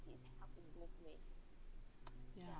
ya